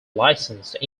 licensed